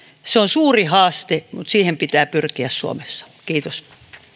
se on suuri haaste mutta siihen pitää pyrkiä suomessa kiitos